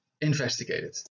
investigated